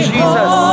Jesus